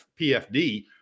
PFD